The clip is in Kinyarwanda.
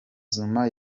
zuma